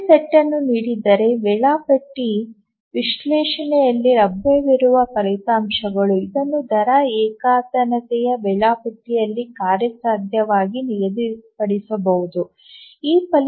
ಕಾರ್ಯ ಸೆಟ್ ಅನ್ನು ನೀಡಿದರೆ ವೇಳಾಪಟ್ಟಿ ವಿಶ್ಲೇಷಣೆಯಲ್ಲಿ ಲಭ್ಯವಿರುವ ಫಲಿತಾಂಶಗಳು ಇದನ್ನು ದರ ಏಕತಾನತೆಯ ವೇಳಾಪಟ್ಟಿಯಲ್ಲಿ ಕಾರ್ಯಸಾಧ್ಯವಾಗಿ ನಿಗದಿಪಡಿಸಬಹುದು